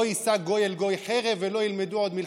לא ישא גוי אל גוי חרב ולא ילמדו עוד מלחמה".